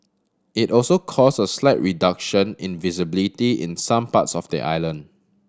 it also caused a slight reduction in visibility in some parts of the island